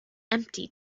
empty